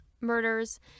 murders